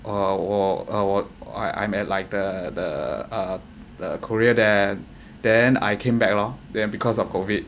oh 我 uh I I'm at like the the uh uh the korea there then I came back lor because of COVID